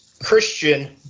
Christian